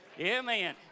Amen